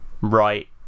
right